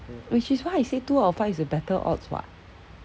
which is why I said two out of five is a better odds [what]